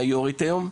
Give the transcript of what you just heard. מי היו״רית היום?